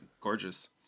Gorgeous